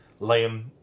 Liam